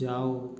जाओ